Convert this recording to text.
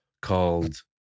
called